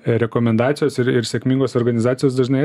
rekomendacijos ir ir sėkmingos organizacijos dažnai